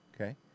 okay